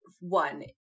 one